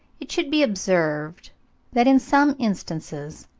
it should be observed that, in some instances,